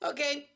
Okay